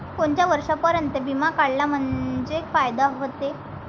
कोनच्या वर्षापर्यंत बिमा काढला म्हंजे फायदा व्हते?